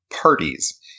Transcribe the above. parties